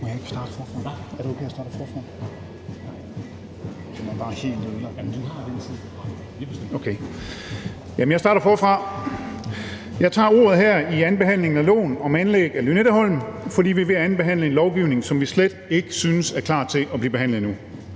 jeg starter forfra. Jeg tager ordet her under andenbehandlingen af loven om anlæg af Lynetteholm, fordi man er ved at andenbehandle en lovgivning, som vi slet ikke synes er klar til at blive behandlet endnu.